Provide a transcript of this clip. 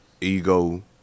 ego